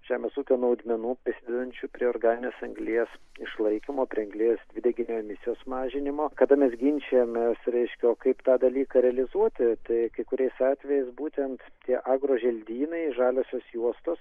žemės ūkio naudmenų prisidedančių prie organinės anglies išlaikymo prie anglies dvideginio emisijos mažinimo kada mes ginčijamės reiškia o kaip tą dalyką realizuoti tai kai kuriais atvejais būtent tie agro želdynai žaliosios juostos